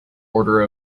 order